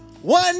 one